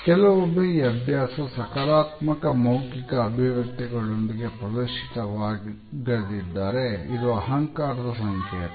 ಕೆಲವೊಮ್ಮೆ ಈ ಅಭ್ಯಾಸ ಸಕಾರಾತ್ಮಕ ಮೌಖಿಕ ಅಭಿವ್ಯಕ್ತಿ ಗಳೊಂದಿಗೆ ಪ್ರದರ್ಶಿತವಾಗದಿದ್ದರೆ ಇದು ಅಹಂಕಾರದ ಸಂಕೇತ